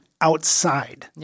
outside